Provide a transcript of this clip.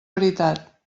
veritat